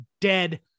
dead